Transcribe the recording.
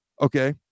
Okay